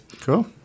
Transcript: Cool